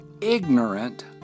ignorant